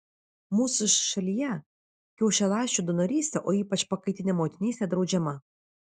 mūsų šalyje kiaušialąsčių donorystė o ypač pakaitinė motinystė draudžiama